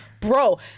bro